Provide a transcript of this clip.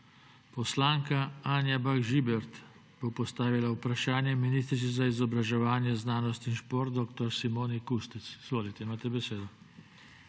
Poslanka Anja Bah Žibert bo postavila vprašanje ministrici za izobraževanje, znanost in šport dr. Simoni Kustec. Izvolite, imate besedo.